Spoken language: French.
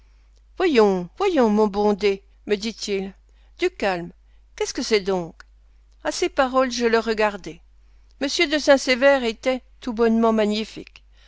voyons voyons mon bon d me dit-il du calme qu'est-ce que c'est donc à ces paroles je le regardai m de saint-sever était tout bonnement magnifique